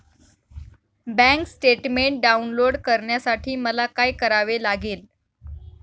Bank statement download करण्यासाठी मला काय करावे लागेल?